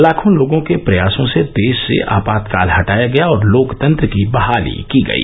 लाखों लोगों के प्रयासों से देश से आपातकाल हटाया गया और लोकतंत्र की बहाली की गई